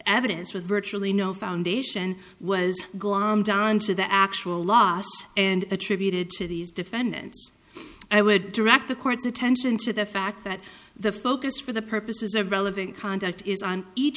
evidence with virtually no foundation was gone down to the actual loss and attributed to these defendants i would direct the court's attention to the fact that the focus for the purposes of relevant conduct is on each